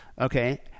Okay